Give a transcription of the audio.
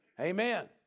Amen